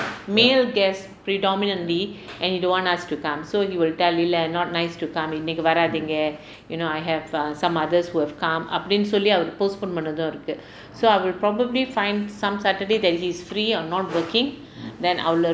male guests predominantly and he don't want us to come so he will tell me இல்லை:illai not nice to come இன்னைக்கு வராதீங்க:innaikku varaathinga you know I have err some others who have come அப்படின்னு சொல்லி அவரு:appadinnu solli avaru postpone பண்றதும் இருக்கு:pandrathum irukku so I'll probably find some saturday that he's free or not working then I'll